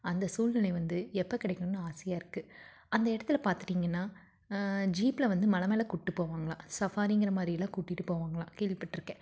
அந்த சூழ்நிலை வந்து எப்போ கிடைக்குன்னு ஆசையாக இருக்குது அந்த இடத்துல பார்த்துட்டீங்கன்னா ஜீப்பில் வந்து மலை மேல் கூட்டிப் போவாங்களாம் சஃபாரிங்கிற மாதிரியெல்லாம் கூட்டிட்டுப் போவாங்களாம் கேள்விப்பட்டிருக்கேன்